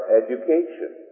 education